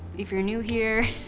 if you're new here,